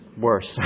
worse